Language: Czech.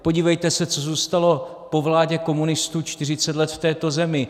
Podívejte se, co zůstalo po vládě komunistů čtyřicet let v této zemi.